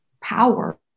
power